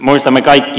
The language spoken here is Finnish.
muistamme kaikki